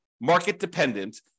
market-dependent